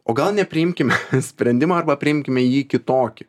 o gal nepriimkime sprendimą arba priimkime jį kitokį